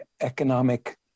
economic